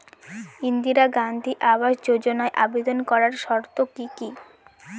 ইন্দিরা গান্ধী আবাস যোজনায় আবেদন করার শর্ত কি কি?